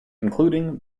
including